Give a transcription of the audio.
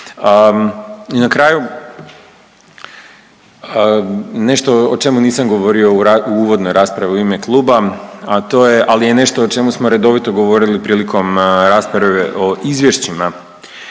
Na kraju nešto o čemu nisam govorio u uvodnoj raspravi u ime Kluba, a to je ali je nešto o čemu smo redovito govorili prilikom rasprave o izvješćima